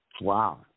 Wow